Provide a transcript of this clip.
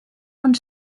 und